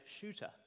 shooter